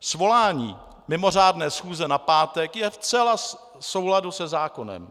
Svolání mimořádné schůze na pátek je zcela v souladu se zákonem.